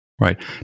right